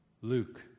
Luke